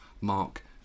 mark